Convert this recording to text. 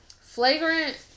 Flagrant